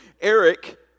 Eric